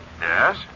Yes